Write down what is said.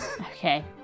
Okay